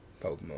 Pokemon